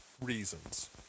reasons